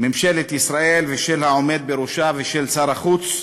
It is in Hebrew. ממשלת ישראל ושל העומד בראשה ושל שר החוץ?